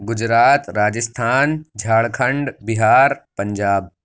Gujarat Rajasthan Jharkhand Bihar Punjab